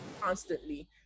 constantly